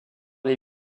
les